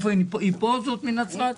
היא פה זאת מנצרת?